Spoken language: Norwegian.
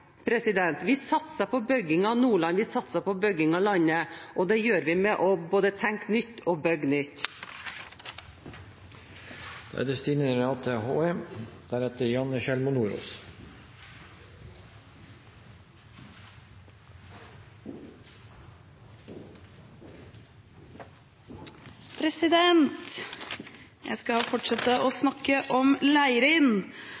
Nei, vi satser på bygging av Nordland, vi satser på bygging av landet, og det gjør vi med både å tenke nytt og bygge nytt. Jeg skal fortsette å